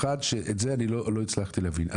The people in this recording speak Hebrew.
שאת זה לא הצלחתי להבין.